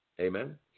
Amen